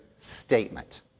statement